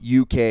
UK